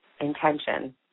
intention